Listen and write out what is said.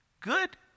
good